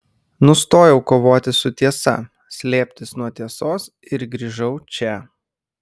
nustojau kovoti su tiesa slėptis nuo tiesos ir grįžau čia